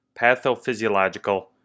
pathophysiological